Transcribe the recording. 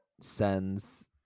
sends